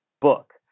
book